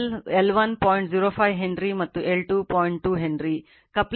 05 Henry ಮತ್ತು L 2 0